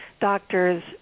doctors